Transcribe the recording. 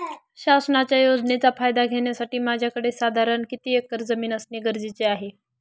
शासनाच्या योजनेचा फायदा घेण्यासाठी माझ्याकडे साधारण किती एकर जमीन असणे गरजेचे आहे?